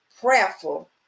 prayerful